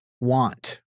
want